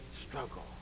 struggle